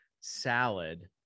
salad